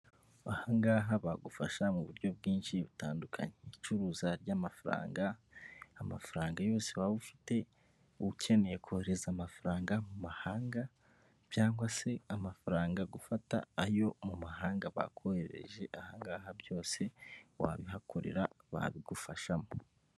Aha ngaha bagufasha mu buryo bwinshi butandukanye, icuruza ry'amafaranga, amafaranga yose waba ufite ukeneye kohereza amafaranga mu mahanga cyangwa se amafaranga gufata ayo mu mahanga bakoherereje, aha ngaha byose wabihakorera babigufashamo.